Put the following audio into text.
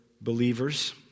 believers